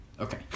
Okay